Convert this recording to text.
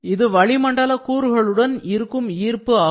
இது வளிமண்டல கூறுகளுடன் இருக்கும் ஈர்ப்பு ஆகும்